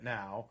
now